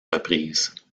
reprises